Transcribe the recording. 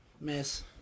Miss